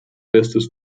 bestes